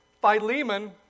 Philemon